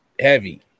heavy